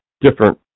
different